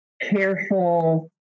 careful